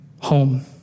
home